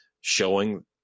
showing